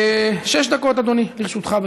שש דקות, אדוני, לרשותך.